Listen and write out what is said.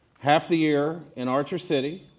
half the year in archer city.